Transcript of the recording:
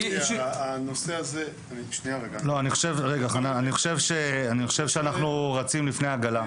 אני חושב שאנחנו רצים לפני העגלה.